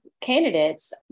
candidates